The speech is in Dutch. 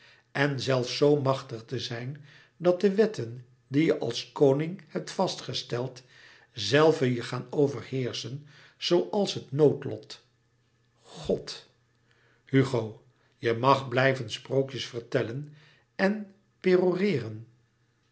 en zelfs zoo machtig te zijn dat de wetten die je als koning hebt vastgesteld zelve je gaan overheerschen zooals het noodlot god hugo je mag blijven sprookjes vertellen en